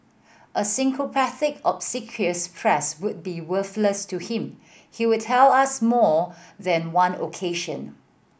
a sycophantic obsequious press would be worthless to him he would tell us more than one occasion